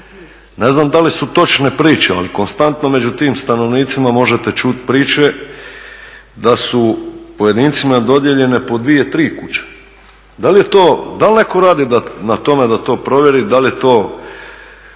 Ne znam da li su točne priče, ali konstantno među tim stanovnicima možete čuti priče da su pojedincima dodijeljene po dvije, tri kuće. Da li je to, da li netko radi na tome da to provjeri, da li je